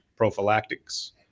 Prophylactics